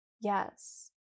Yes